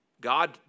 God